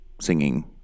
singing